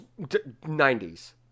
90s